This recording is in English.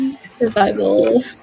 Survival